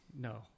No